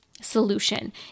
solution